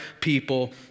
people